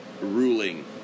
ruling